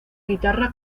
guitarra